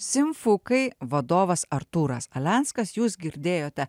simfukai vadovas artūras alenskas jūs girdėjote